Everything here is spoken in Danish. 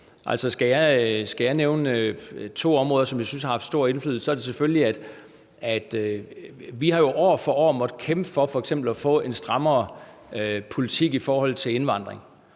skal jeg nævne to områder, som jeg synes har haft stor indflydelse, er det selvfølgelig for det første, at vi år for år har måttet kæmpe for f.eks. at få en strammere politik i forhold til indvandring.